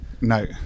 No